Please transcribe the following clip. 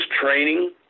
training